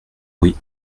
oui